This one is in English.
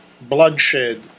bloodshed